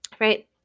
right